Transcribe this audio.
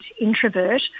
introvert